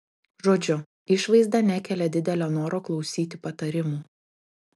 žodžiu išvaizda nekelia didelio noro klausyti patarimų